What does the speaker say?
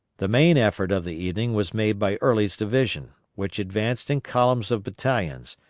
the main effort of the evening was made by early's division, which advanced in columns of battalions,